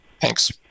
Thanks